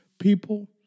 people